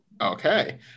Okay